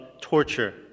torture